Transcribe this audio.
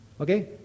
okay